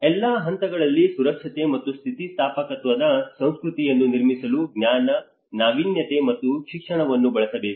ಎಲ್ಲಾ ಹಂತಗಳಲ್ಲಿ ಸುರಕ್ಷತೆ ಮತ್ತು ಸ್ಥಿತಿಸ್ಥಾಪಕತ್ವದ ಸಂಸ್ಕೃತಿಯನ್ನು ನಿರ್ಮಿಸಲು ಜ್ಞಾನ ನಾವೀನ್ಯತೆ ಮತ್ತು ಶಿಕ್ಷಣವನ್ನು ಬಳಸಬೇಕು